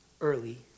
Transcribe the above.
early